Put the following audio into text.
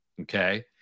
Okay